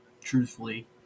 truthfully